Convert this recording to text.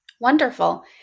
Wonderful